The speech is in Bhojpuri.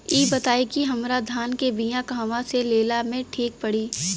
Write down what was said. इ बताईं की हमरा धान के बिया कहवा से लेला मे ठीक पड़ी?